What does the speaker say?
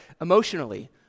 emotionally